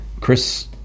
chris